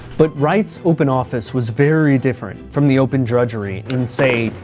but wright's open office was very different from the open drudgery in, say,